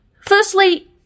firstly